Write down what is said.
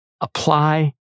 Apply